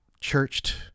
churched